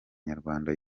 nyarwanda